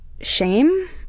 shame